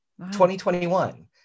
2021